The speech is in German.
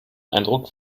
eindruck